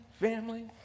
family